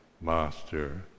master